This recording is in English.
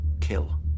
kill